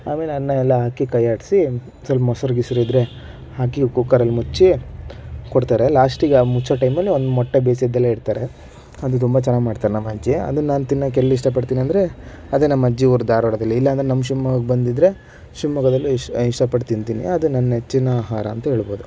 ಆಮೇಲೆ ಅನ್ನ ಎಲ್ಲ ಹಾಕಿ ಕೈಯ್ಯಾಡ್ಸಿ ಸ್ವಲ್ಪ ಮೊಸರು ಗಿಸರು ಇದ್ರೆ ಹಾಕಿ ಕುಕ್ಕರಲ್ಲಿ ಮುಚ್ಚಿ ಕೊಡ್ತಾರೆ ಲಾಸ್ಟಿಗೆ ಆ ಮುಚ್ಚೋ ಟೈಮಲ್ಲಿ ಮೊಟ್ಟೆ ಬೇಯಿಸಿದ್ದೆಲ್ಲ ಇಡ್ತಾರೆ ಅದು ತುಂಬ ಚೆನ್ನಾಗಿ ಮಾಡ್ತಾರೆ ನಮ್ಮಜ್ಜಿ ಅದನ್ನು ನಾನು ತಿನ್ನೋಕ್ಕೆ ಎಲ್ಲಿ ಇಷ್ಟಪಡ್ತೀನಿ ಅಂದರೆ ಅದೇ ನಮ್ಮ ಅಜ್ಜಿ ಊರು ಧಾರವಾಡದಲ್ಲಿ ಇಲ್ಲಾಂದ್ರೆ ನಮ್ಮ ಶಿವಮೊಗ್ಗಕ್ಕೆ ಬಂದಿದ್ರೆ ಶಿವಮೊಗ್ಗದಲ್ಲೂ ಇಷ್ಟಪಟ್ಟು ತಿಂತೀನಿ ಅದು ನನ್ನ ನೆಚ್ಚಿನ ಆಹಾರ ಅಂತೇಳ್ಬೋದು